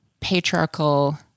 patriarchal